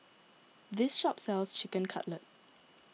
this shop sells Chicken Cutlet